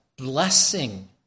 blessing